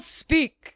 speak